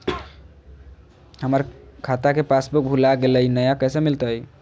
हमर खाता के पासबुक भुला गेलई, नया कैसे मिलतई?